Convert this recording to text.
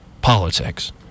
politics